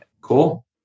Cool